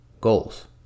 goals